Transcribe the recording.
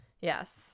Yes